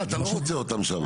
אה, אתה לא רוצה אותם שם.